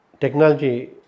technology